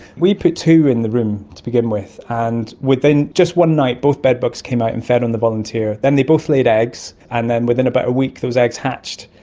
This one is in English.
we put two in the room to begin with, and within just one night both bedbugs came out and fed on the volunteer, then they both laid eggs, and then within about a week those eggs hatched.